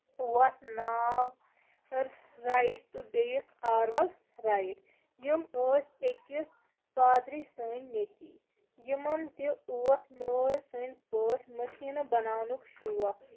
اوس ناو رایٹ تہٕ بیٚیِس آرول رایِٹ یِم ٲسۍ أکِس پادری سٕندۍ نیٚچِی یِمن تہِ اوس مٲلۍ سٕندۍ پٲٹھۍ مٔشیٖنہٕ بَناونُک شوق